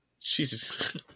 jesus